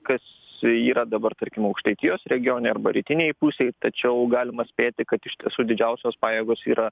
kas yra dabar tarkim aukštaitijos regione arba rytinėj pusėj tačiau galima spėti kad iš tiesų didžiausios pajėgos yra